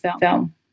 film